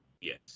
Yes